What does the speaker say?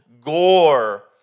gore